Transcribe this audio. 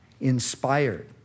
inspired